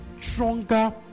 stronger